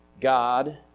God